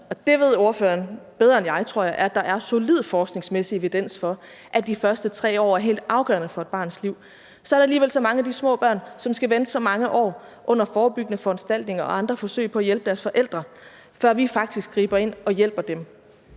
det ved ordføreren bedre end jeg, tror jeg – at der er solid forskningsmæssig evidens for, at de første 3 år er helt afgørende for et barns liv, er der alligevel så mange af de små børn, som skal vente i så mange år under forebyggende foranstaltninger og andre forsøg på at hjælpe deres forældre, før vi faktisk griber ind og hjælper dem.